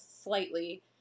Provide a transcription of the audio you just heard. slightly